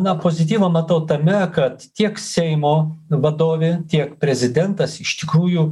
na pozityvo matau tame kad tiek seimo vadovė tiek prezidentas iš tikrųjų